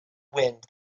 wind